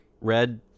red